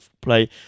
play